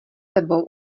sebou